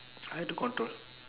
try to control